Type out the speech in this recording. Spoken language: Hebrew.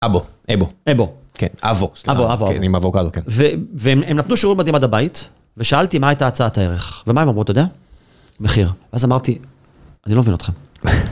אבו. אבו. אבו. כן. אבו. אבו, אבו. עם אבורקדו, כן. והם נתנו שיעורים מדהים עד הבית, ושאלתי מה הייתה הצעת הערך. ומה הם אמרו, אתה יודע? מחיר. ואז אמרתי, אני לא מבין אתכם.